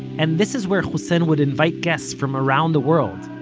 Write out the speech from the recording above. and this is where hussein would invite guests from around the world,